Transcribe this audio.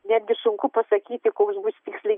netgi sunku pasakyti koks bus tiksliai